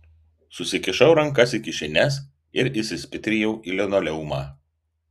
susikišau rankas į kišenes ir įsispitrijau į linoleumą